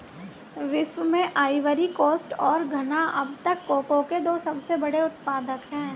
विश्व में Ivory Coast और घना अब तक कोको के दो सबसे बड़े उत्पादक है